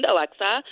Alexa